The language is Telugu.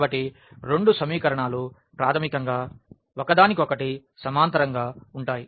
కాబట్టి రెండు సమీకరణాలు ప్రాథమికంగా ఒకదానికొకటి సమాంతరంగా ఉంటాయి